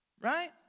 Right